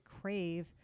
crave